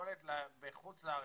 והיכולת בחוץ לארץ.